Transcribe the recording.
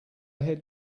ahead